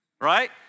right